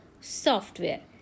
software